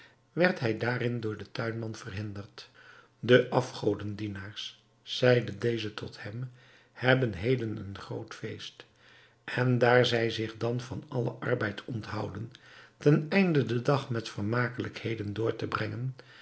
werd hij daarin door den tuinman verhinderd de afgodendienaars zeide deze tot hem hebben heden een groot feest en daar zij zich dan van allen arbeid onthouden teneinde den dag met vermakelijkheden door te brengen